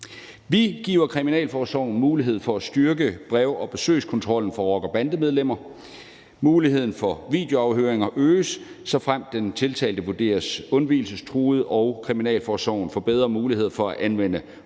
Vi giver kriminalforsorgen mulighed for at styrke brev- og besøgskontrollen for rocker-bande-medlemmer, muligheden for videoafhøringer øges, såfremt den tiltalte vurderes undvigelsestruet, og kriminalforsorgen får bedre muligheder for at anvende håndjern og